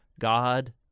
God